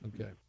Okay